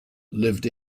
lived